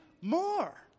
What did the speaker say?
more